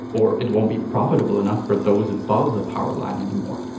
or it won't be profitable enough for those above the power line anymore.